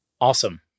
Awesome